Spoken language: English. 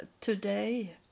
today